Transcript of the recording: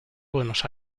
buenos